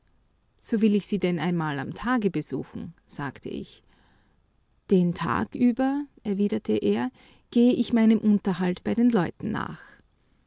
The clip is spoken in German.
so will ich sie denn einmal am tage besuchen sagte ich den tag über erwiderte er gehe ich meinem unterhalt bei den leuten nach